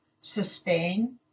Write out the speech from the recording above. sustain